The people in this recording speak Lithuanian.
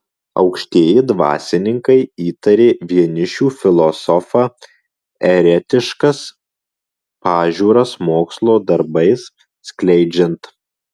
aukštieji dvasininkai įtarė vienišių filosofą eretiškas pažiūras mokslo darbais skleidžiant